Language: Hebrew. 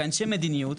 כאנשי מדיניות,